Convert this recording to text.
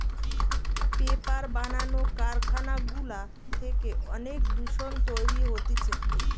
paper বানানো কারখানা গুলা থেকে অনেক দূষণ তৈরী হতিছে